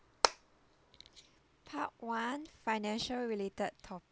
part one financial related topic